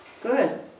Good